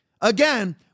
again